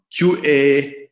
QA